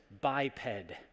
biped